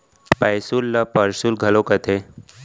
पैसुल ल परसुल घलौ कथें